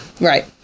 Right